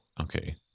Okay